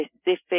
specific